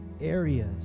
areas